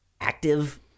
active